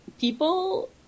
people